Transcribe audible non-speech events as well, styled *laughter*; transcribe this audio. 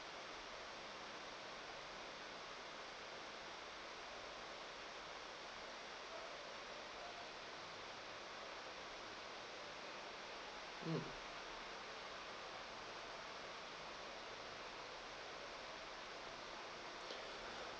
mm *breath*